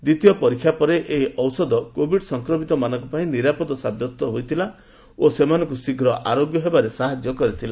ଦ୍ୱିତୀୟ ପରୀକ୍ଷା ପରେ ଏହି ଔଷଧ କୋଭିଡ୍ ସଂକ୍ରମିତମାନଙ୍କ ପାଇଁ ନିରାପଦ ସାବ୍ୟସ୍ତ ହୋଇଥିଲା ଓ ସେମାନଙ୍କୁ ଶୀଘ୍ର ଆରୋଗ୍ୟ ହେବାରେ ସାହାଯ୍ୟ କରିଥିଲା